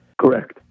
Correct